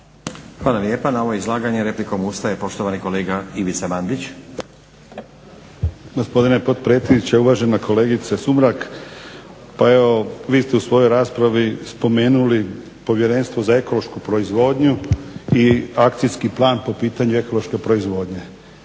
Hvala lijepa. Na ovo izlaganje replikom ustaje poštovani kolega Ivica Mandić. **Mandić, Ivica (HNS)** Gospodine potpredsjedniče, uvažena kolegice Sumrak pa evo vi ste u svojoj raspravi spomenuli Povjerenstvo za ekološku proizvodnju i akcijski plan po pitanju ekološke proizvodnje.